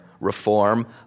reform